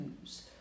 use